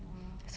!wah!